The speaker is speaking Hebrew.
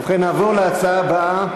יש לך דעה אחרת?